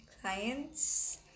clients